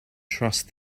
trust